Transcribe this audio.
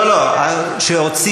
הודעת, אדוני היושב-ראש, שתוציא